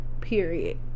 period